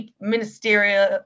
ministerial